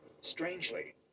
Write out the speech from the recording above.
Strangely